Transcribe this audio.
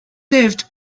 served